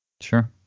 Sure